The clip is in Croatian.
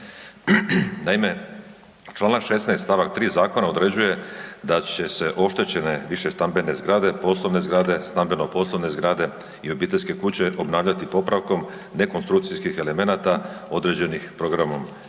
Naime, čl. 16. st. 3. zakona određuje da će se oštećene vise stambene zgrade, poslovne zgrade, stambeno poslovne zgrade i obiteljske kuće obnavljati popravkom ne konstrukcijskih elemenata određenih programom